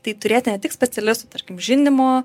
tai turėti ne tik specialistų tarkim žindymo